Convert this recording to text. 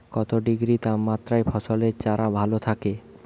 কত ডিগ্রি তাপমাত্রায় ফসলের চারা ভালো থাকে?